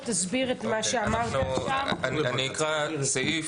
אני אקרא סעיף,